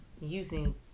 using